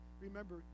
remember